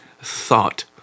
thought